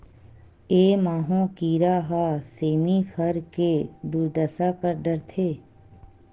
ए माहो कीरा ह सेमी फर के दुरदसा कर डरथे